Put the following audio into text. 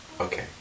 Okay